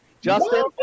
Justin